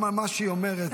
גם על מה שהיא אומרת, באמת.